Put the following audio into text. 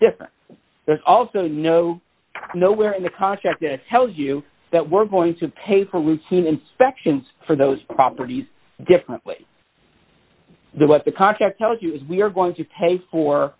different there's also no nowhere in the contract that tells you that we're going to pay for routine inspections for those properties different than what the contract tells us we're going to pay for